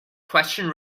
question